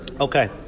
Okay